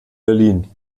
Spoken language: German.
berlin